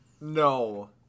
No